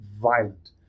violent